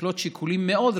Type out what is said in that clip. ששוקלות שיקולים מאוד רחבים,